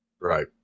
Right